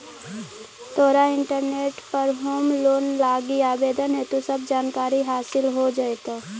तोरा इंटरनेट पर home loan लागी आवेदन हेतु सब जानकारी हासिल हो जाएतो